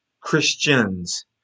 christians